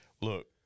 Look